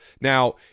Now